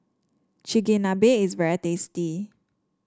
chigenabe is very tasty